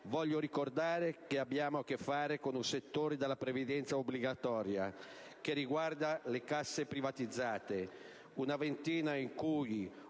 Voglio ricordare che abbiamo a che fare con un settore della previdenza obbligatoria che riguarda le casse privatizzate, una ventina di cui